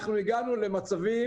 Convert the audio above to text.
אנחנו הגענו למצבים